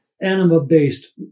anima-based